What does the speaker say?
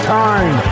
time